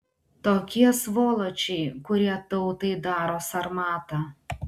tokie svoločiai kurie tautai daro sarmatą